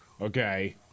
okay